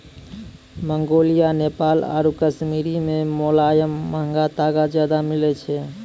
Mongolia, Nepal आरु कश्मीरो मे मोलायम महंगा तागा ज्यादा मिलै छै